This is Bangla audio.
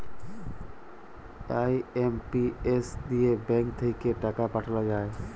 আই.এম.পি.এস দিয়ে ব্যাঙ্ক থাক্যে টাকা পাঠাল যায়